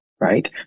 Right